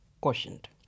quotient